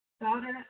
daughter